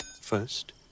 First